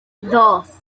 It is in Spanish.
dos